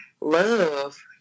love